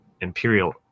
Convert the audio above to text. Imperial